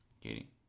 Katie